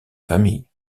famille